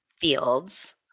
fields